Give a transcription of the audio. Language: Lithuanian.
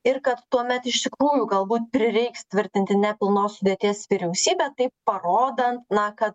ir kad tuomet iš tikrųjų galbūt prireiks tvirtinti nepilnos sudėties vyriausybę taip parodant na kad